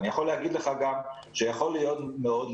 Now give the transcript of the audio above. אני יכול גם להגיד לך שיכול מאוד להיות